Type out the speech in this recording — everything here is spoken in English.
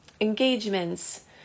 engagements